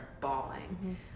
bawling